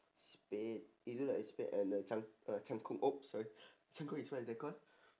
spade it look like a spade and a cang~ uh cangkul !oops! sorry cangkul is what is that call